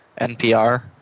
NPR